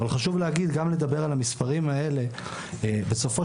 אבל חשוב גם לדבר על המספרים האלה: בסופו